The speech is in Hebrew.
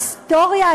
היסטוריה,